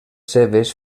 seves